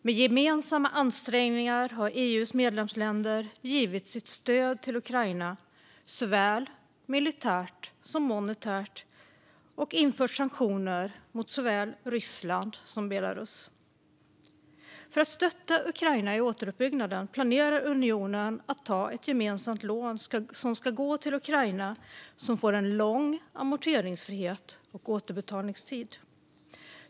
Med gemensamma ansträngningar har EU:s medlemsländer givit sitt stöd till Ukraina, såväl militärt som monetärt, och infört sanktioner mot såväl Ryssland som Belarus. För att stötta Ukraina i återuppbyggnaden planerar unionen att ta ett gemensamt lån som ska gå till Ukraina, som får en lång amorteringsfrihet och återbetalningstid.